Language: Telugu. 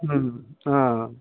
ఆ